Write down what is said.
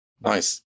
Nice